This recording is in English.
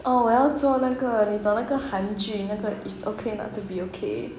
oh 我要做那个你懂那个韩剧那个 it's okay not to be okay